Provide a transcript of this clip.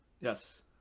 Yes